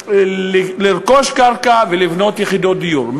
לרכוש קרקע ולבנות יחידות דיור.